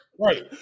Right